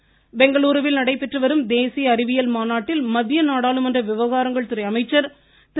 அறிவியல் மாநாடு பெங்களூருவில் நடைபெற்றுவரும் தேசிய அறிவியல் மாநாட்டில் மத்திய நாடாளுமன்ற விவகாரங்கள் துறை அமைச்சர் திரு